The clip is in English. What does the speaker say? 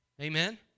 Amen